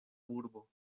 urbo